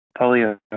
polio